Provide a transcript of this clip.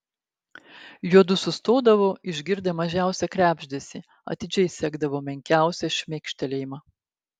juodu sustodavo išgirdę mažiausią krebždesį atidžiai sekdavo menkiausią šmėkštelėjimą